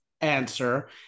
answer